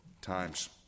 times